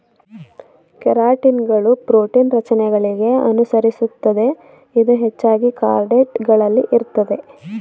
ಕೆರಾಟಿನ್ಗಳು ಪ್ರೋಟೀನ್ ರಚನೆಗಳಿಗೆ ಅನುಸರಿಸುತ್ತದೆ ಇದು ಹೆಚ್ಚಾಗಿ ಕಾರ್ಡೇಟ್ ಗಳಲ್ಲಿ ಇರ್ತದೆ